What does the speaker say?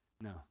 No